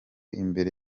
imbere